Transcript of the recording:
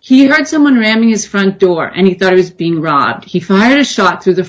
he had someone ramming his front door and he thought i was being rod he fired a shot through the